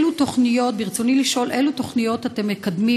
ברצוני לשאול: אילו תוכניות אתם מקדמים